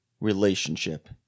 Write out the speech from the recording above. relationship